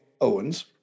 Owens